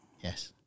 Yes